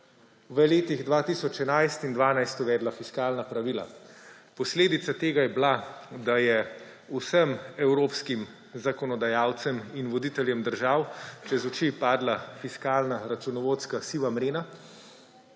v letih 2011 in 2012 uvedla fiskalna pravila. Posledica tega je bila, da je vsem evropskim zakonodajalcem in voditeljem državam čez oči padla fiskalna računovodska siva mrena.